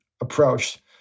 approached